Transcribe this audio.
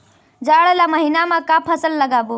जाड़ ला महीना म का फसल लगाबो?